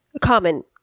common